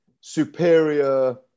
superior